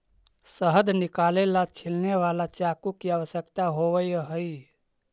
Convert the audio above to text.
शहद निकाले ला छिलने वाला चाकू की आवश्यकता होवअ हई